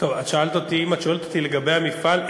אם את שואלת אותי לגבי המפעל,